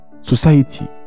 society